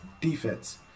defense